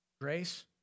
Grace